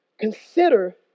consider